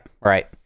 right